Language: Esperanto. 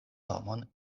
domon